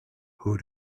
who